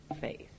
faith